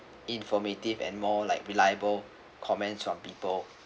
informative and more like reliable comments from people